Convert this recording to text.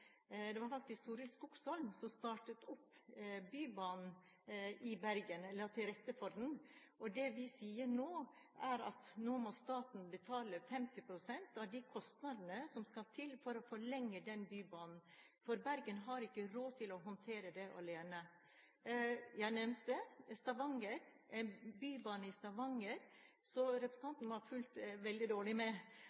Det var faktisk Torild Skogsholm som startet opp Bybanen i Bergen og la til rette for den. Det vi sier nå, er at nå må staten betale 50 pst. av de kostnadene som skal til for å forlenge den bybanen, for Bergen har ikke råd til å håndtere det alene. Jeg nevnte Stavanger – en bybane i Stavanger – så